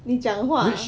你讲话啊